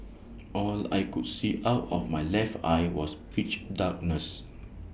all I could see out of my left eye was pitch darkness